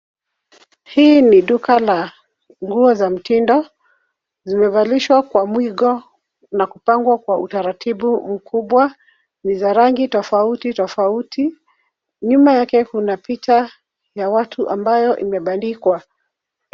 Hii ni duka la nguo za mtindo. Zimevalishwa kwa miugo na kupangwa kwa utaratibu mkubwa. Ni za rangi tofautitofauti. Nyuma yake kuna picha ya watu ambayo imebandikwa.